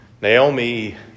Naomi